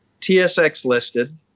TSX-listed